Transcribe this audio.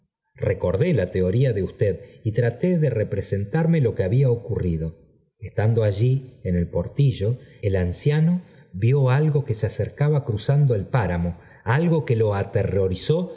recordé la teoría de usted y traté de representarme lo que había ocurrido estando allí en el portillo el anciano vió algo que se acercaba cruzando el páramo algo que lo aterrorizó